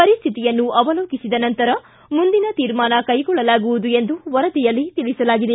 ಪರಿಶ್ವಿತಿಯನ್ನು ಅವಲೋಕಿಸಿದ ನಂತರ ಮುಂದಿನ ತೀರ್ಮಾನ ಕೈಗೊಳ್ಳಲಾಗುವುದು ಎಂದು ವರದಿಯಲ್ಲಿ ತಿಳಿಸಲಾಗಿದೆ